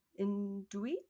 induit